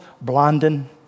Blondin